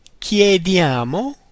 chiediamo